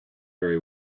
very